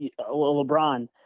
LeBron